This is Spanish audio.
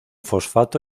fosfato